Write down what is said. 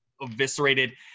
eviscerated